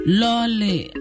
lolly